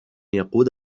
يقود